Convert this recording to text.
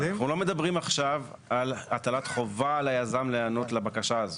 אנחנו לא מדברים עכשיו על הטלת חובה על היזם להיענות לבקשה הזאת,